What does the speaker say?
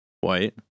White